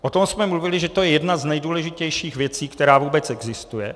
O tom jsme mluvili, že je to jedna z nejdůležitějších věcí, která vůbec existuje.